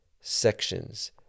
sections